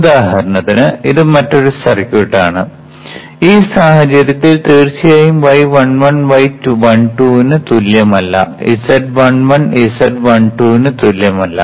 ഉദാഹരണത്തിന് ഇത് മറ്റൊരു സർക്യൂട്ടാണ് ഈ സാഹചര്യത്തിൽ തീർച്ചയായും y11 y12 ന് തുല്യമല്ല z11 z12 ന് തുല്യമല്ല